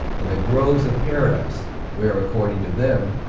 and the groves of paradise where, according to them,